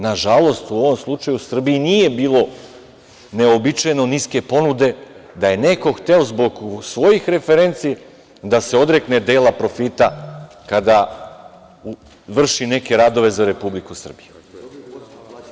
Nažalost, u ovom slučaju u Srbiji nije bilo neuobičajeno niske ponude, da je neko hteo zbog svojih referenci da se odrekne dela profita kada vrši neke radove za Republiku Srbiju.